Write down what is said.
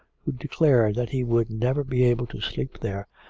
who declared that he would never be able to sleep there,